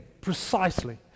precisely